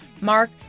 Mark